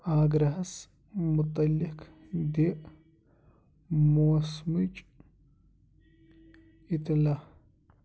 آگراہس مُتعلق دِ موسمٕچ اطلاع